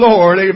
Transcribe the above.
Lord